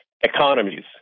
economies